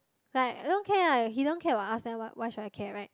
like don't care lah he don't care about us then why should I care right